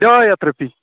ڈاے ہَتھ رۄپیہِ